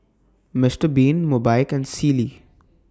Mister Bean Mobike and Sealy